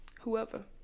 whoever